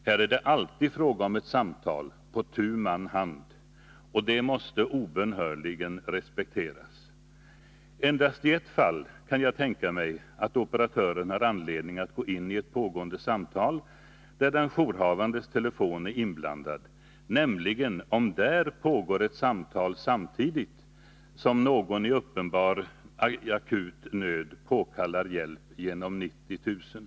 Här är det alltid fråga om ett samtal på tu man hand, och det måste obönhörligen respekteras. Endast i ett fall kan jag tänka mig att operatören har anledning att gå in i ett pågående samtal där den jourhavandes telefon är inblandad, nämligen om där pågår ett samtal samtidigt som någon i uppenbar akut nöd påkallar hjälp genom att slå 90 000.